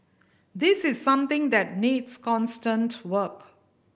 this is something that needs constant work